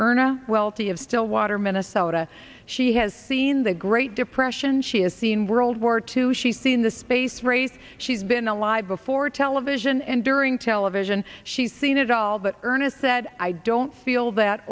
erna wealthy of stillwater minnesota she has seen the great depression she has seen world war two she's seen the space race she's been alive before television and during television she's seen it all but earnest said i don't feel that